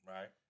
Right